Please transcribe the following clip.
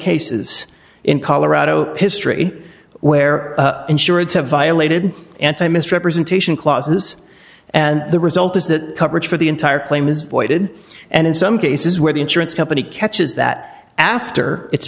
cases in colorado history where insurance have violated anti misrepresentation clauses and the result is that coverage for the entire claim is voided and in some cases where the insurance company catches that after it's